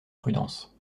prudence